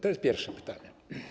To jest pierwsze pytanie.